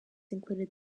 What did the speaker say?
included